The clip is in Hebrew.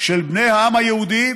של בני העם היהודי